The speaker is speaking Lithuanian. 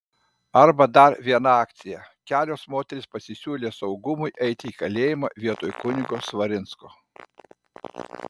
arba dar viena akcija kelios moterys pasisiūlė saugumui eiti į kalėjimą vietoj kunigo svarinsko